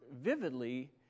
vividly